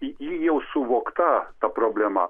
i ji jau suvokta ta problema